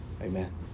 Amen